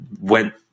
went